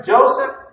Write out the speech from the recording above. Joseph